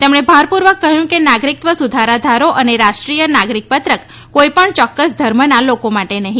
તેમણે ભારપૂર્વક કહ્યું કે નાગરિકત્વ સુધારા ધારો અને રાષ્ટ્રીય નાગરિક પત્રક કોઈપણ ચોક્ક્સ ધર્મના લોકો માટે નથી